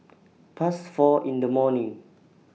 Past four in The morning